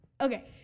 Okay